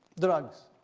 drugs,